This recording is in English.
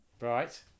Right